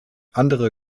andere